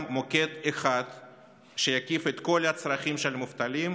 מוקד אחד שיקיף את כל הצרכים של המובטלים,